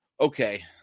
okay